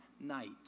night